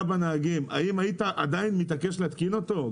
בנהגים האם היית עדיין מתעקש להתקין אותו?